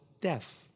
death